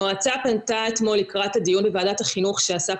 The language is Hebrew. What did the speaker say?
המועצה פנתה אתמול לקראת הדיון בוועדת החינוך שעסק